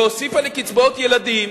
והוסיפה לקצבאות ילדים,